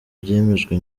byemejwe